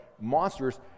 monsters